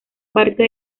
parte